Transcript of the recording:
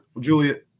Juliet